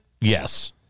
Yes